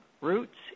Roots